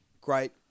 great